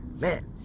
Man